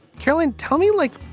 carolyn, tell me, like,